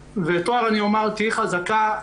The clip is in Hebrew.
וטוהר, אני אומר תהיה חזקה.